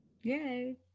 Yay